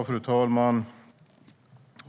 Fru talman!